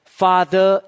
father